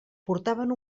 portaven